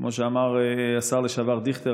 כמו שאמר השר לשעבר דיכטר,